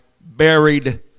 buried